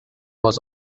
was